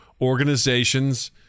organizations